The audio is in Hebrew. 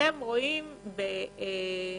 אתם רואים בגרוסו-מודו,